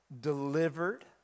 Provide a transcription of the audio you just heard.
Delivered